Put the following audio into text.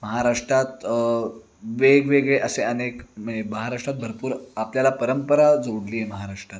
महाराष्ट्रात वेगवेगळे असे अनेक म्हणजे महाराष्ट्रात भरपूर आपल्याला परंपरा जोडली आहे महाराष्ट्रात